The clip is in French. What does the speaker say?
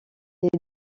est